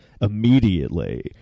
immediately